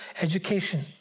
education